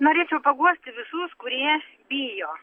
norėčiau paguosti visus kurie bijo